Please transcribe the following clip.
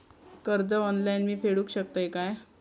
कर्ज ऑनलाइन मी फेडूक शकतय काय?